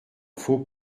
faut